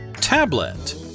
Tablet